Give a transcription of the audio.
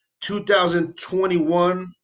2021